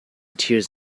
tears